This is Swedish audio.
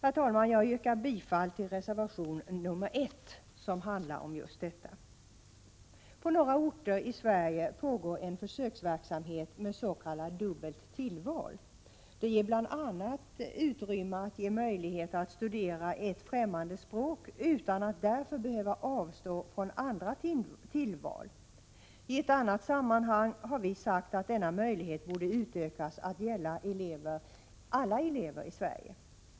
Jag yrkar bifall till reservation 1, som handlar om just detta. På några orter i Sverige pågår en försöksverksamhet med s.k. dubbelt tillval. Det ger bl.a. möjlighet att studera ett främmande språk utan att därför behöva avstå från andra tillval. I ett annat sammanhang har vi sagt att denna möjlighet borde utökas att gälla alla elever i Sverige.